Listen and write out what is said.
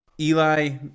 Eli